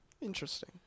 Interesting